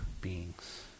beings